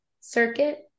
circuit